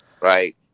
Right